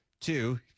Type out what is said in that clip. Two